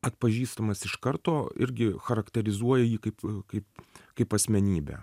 atpažįstamas iš karto irgi charakterizuoja jį kaip kaip kaip asmenybę